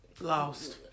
Lost